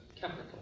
capital